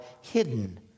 hidden